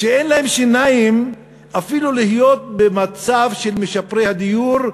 שאין להם שיניים אפילו להיות במצב של משפרי הדיור,